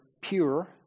pure